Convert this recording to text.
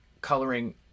coloring